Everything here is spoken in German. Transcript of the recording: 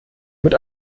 mit